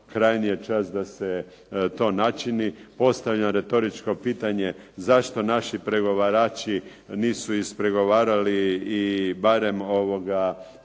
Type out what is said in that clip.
Krajnji je čas da se to načini. Postavljam retoričko pitanje zašto naši pregovarači nisu ispregovarali i barem pomoć